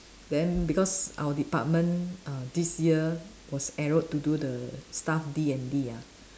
then because our department uh this year was arrowed to do the staff D&D ah